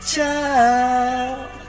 child